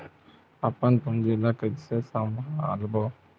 अपन पूंजी ला कइसे संभालबोन?